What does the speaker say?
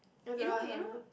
you know you know